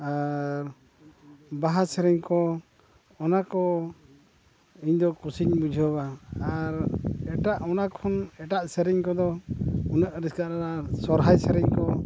ᱟᱨ ᱵᱟᱦᱟ ᱥᱮᱨᱮᱧ ᱠᱚ ᱚᱱᱟᱠᱚ ᱤᱧᱫᱚ ᱠᱩᱥᱤᱧ ᱵᱩᱡᱷᱟᱹᱣᱟ ᱟᱨ ᱮᱴᱟᱜ ᱚᱱᱟ ᱠᱷᱚᱱ ᱮᱴᱟᱜ ᱥᱮᱨᱮᱧ ᱠᱚᱫᱚ ᱩᱱᱟᱹᱜ ᱥᱚᱦᱚᱨᱟᱭ ᱥᱮᱨᱮᱧ ᱠᱚ